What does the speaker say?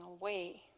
away